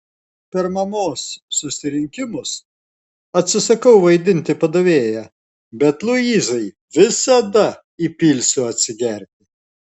per mamos susirinkimus atsisakau vaidinti padavėją bet luizai visada įpilsiu atsigerti